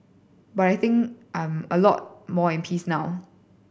but I think I'm a lot more at peace now